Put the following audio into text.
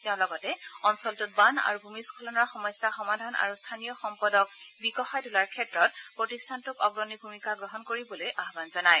তেওঁ লগতে অঞ্চলটোত বান আৰু ভূমিস্বলনৰ সমস্যা সমাধান আৰু স্থানীয় সম্পদক বিকশাই তোলাৰ ক্ষেত্ৰত প্ৰতিষ্ঠানটোক অগ্ৰণী ভূমিকা গ্ৰহণ কৰিবলৈ আহান জনায়